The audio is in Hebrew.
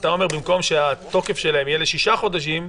אתה אומר שבמקום שהתוקף שלהם יהיה לשישה חודשים,